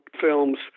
films